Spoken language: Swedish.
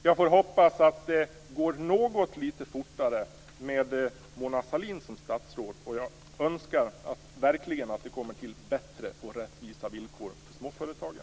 Jag får hoppas att det går något litet fortare med Mona Sahlin som statsråd, och jag önskar verkligen att vi får bättre och rättvisa villkor för småföretagen.